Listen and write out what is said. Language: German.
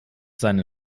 seine